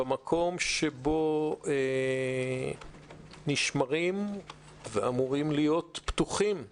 במקום שבו נשמרים ואמורים להיות פתוחים ונגישים,